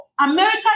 America